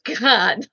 God